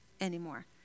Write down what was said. anymore